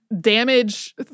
Damage